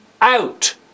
out